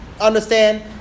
understand